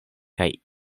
kaj